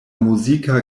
muzika